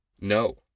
No